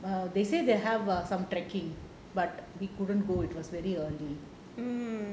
err they say they have a some trekking but we couldn't go it was very early